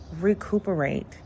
recuperate